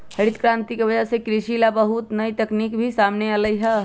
हरित करांति के वजह से कृषि ला बहुत नई तकनीक भी सामने अईलय है